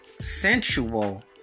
Sensual